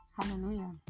Hallelujah